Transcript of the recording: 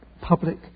public